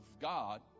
God